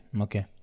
Okay